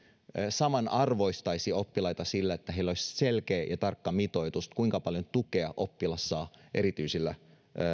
samanarvoistaisi oppilaita sillä että heillä olisi selkeä ja tarkka mitoitus kuinka paljon tukea oppilas saa erityisillä